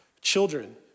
children